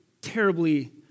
terribly